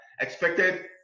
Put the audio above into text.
expected